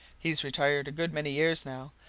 he's retired a good many years, now,